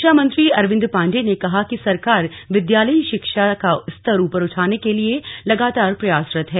शिक्षा मंत्री अरविन्द पाण्डेय ने कहा कि सरकार विद्यालयी शिक्षा का स्तर ऊपर उठाने के लिए लगातार प्रयासरत है